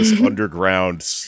underground